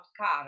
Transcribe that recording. car